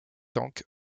tank